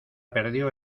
perdió